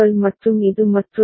என்பதால் இது மீலி மாதிரி